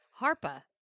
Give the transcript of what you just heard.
Harpa